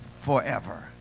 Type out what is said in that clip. forever